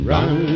Run